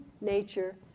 nature